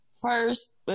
first